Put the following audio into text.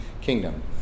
kingdom